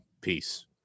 peace